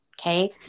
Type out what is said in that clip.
Okay